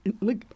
Look